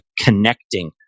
connecting